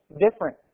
different